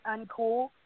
uncool